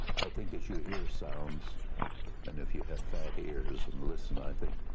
think as you hear sounds and if you have fat ears and listen i think